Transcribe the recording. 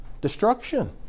destruction